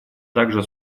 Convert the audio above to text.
также